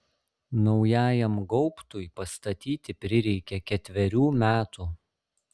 naujajam gaubtui pastatyti prireikė ketverių metų